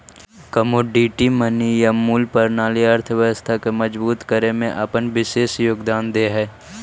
commodity money या मूल्य प्रणाली अर्थव्यवस्था के मजबूत करे में अपन विशेष योगदान दे हई